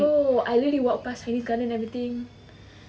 no I really walk past chinese garden everything